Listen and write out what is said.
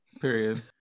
Period